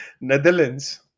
Netherlands